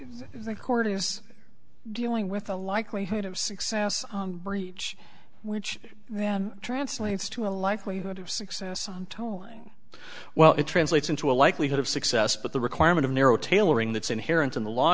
then who it is dealing with the likelihood of success breach which then translates to a likelihood of success on towing well it translates into a likelihood of success but the requirement of narrow tailoring that's inherent in the law